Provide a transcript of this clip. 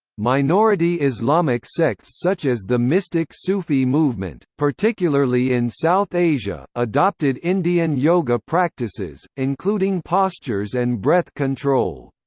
minority islamic sects such as the mystic sufi movement, particularly in south asia, adopted indian yoga practises, including postures and breath control.